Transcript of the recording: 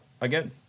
again